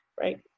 right